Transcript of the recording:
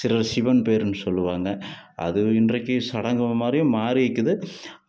சிலர் சிவன் பேருன்னு சொல்வாங்க அது இன்றைக்கு சடங்கு மாதிரியும் மாறியிருக்கிது